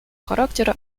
характера